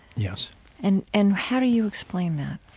yes and and how do you explain that?